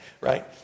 right